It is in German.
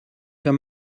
wenn